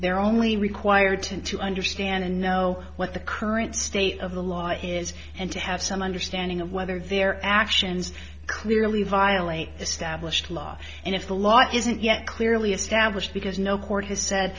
they're only required to understand and know what the current state of the law is and to have some understanding of whether their actions clearly violate established law and if the law isn't yet clearly established because no court has said